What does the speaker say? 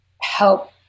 help